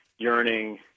Yearning